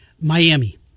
Miami